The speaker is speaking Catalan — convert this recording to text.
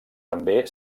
també